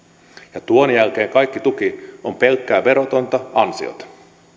ja tuon jälkeen kaikki tuki on pelkkää verotonta ansiota